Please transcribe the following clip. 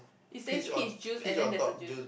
it says peach juice and then there is a juice